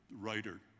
writer